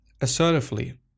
assertively